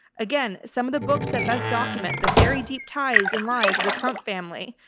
again, some of the books that best document the very deep ties and lies of the trump family,